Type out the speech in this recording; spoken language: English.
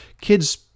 Kids